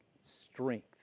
strength